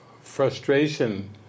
frustration